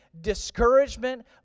discouragement